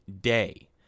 day